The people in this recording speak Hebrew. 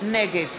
נגד